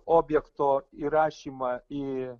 objekto įrašymą į